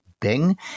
Bing